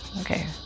Okay